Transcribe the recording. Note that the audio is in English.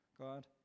God